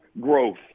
growth